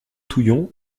touillon